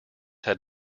had